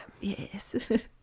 Yes